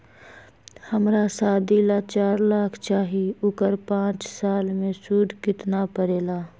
हमरा शादी ला चार लाख चाहि उकर पाँच साल मे सूद कितना परेला?